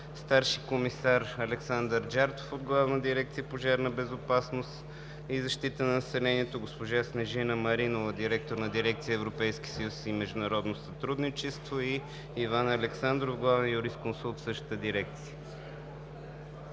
старши комисар Александър Джартов – от Главна дирекция „Пожарна безопасност и защита на населението“, госпожа Снежина Маринова – директор на дирекция „Европейски съюз и международно сътрудничество, и Иван Александров – главен юрисконсулт в същата дирекция.